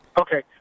okay